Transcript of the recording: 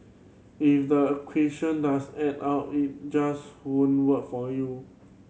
if the equation does add up if just won't work for you